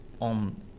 on